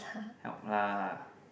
help lah